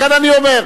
לכן אני אומר,